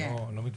אני לא מתווכח.